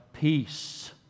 peace